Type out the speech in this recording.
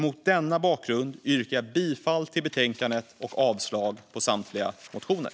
Mot denna bakgrund yrkar jag bifall till förslaget i betänkandet och avslag på samtliga motioner.